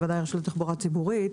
בוודאי הרשות לתחבורה ציבורית,